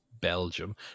Belgium